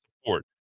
support